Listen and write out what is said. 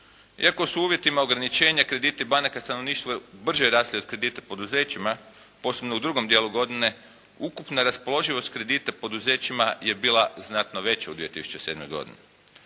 Iako su u uvjetima ograničenja krediti banaka stanovništva brže rasli od kredita poduzećima, posebno u drugom dijelu godine, ukupna raspoloživost kredita poduzećima je bila znatno veća u 2007. godini.